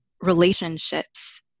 relationships